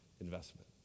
investment